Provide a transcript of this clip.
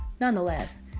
nonetheless